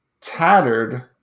tattered